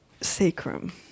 sacrum